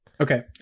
okay